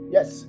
Yes